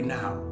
now